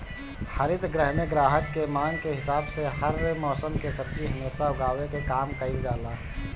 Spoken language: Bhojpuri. हरित गृह में ग्राहक के मांग के हिसाब से हर मौसम के सब्जी हमेशा उगावे के काम कईल जाला